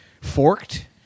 forked